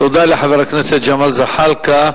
תודה לחבר הכנסת ג'מאל זחאלקה.